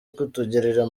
kutugirira